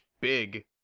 big